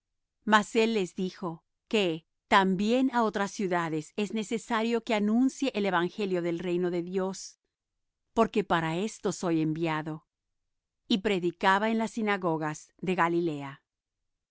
mas él les dijo que también á otras ciudades es necesario que anuncie el evangelio del reino de dios porque para esto soy enviado y predicaba en las sinagogas de galilea y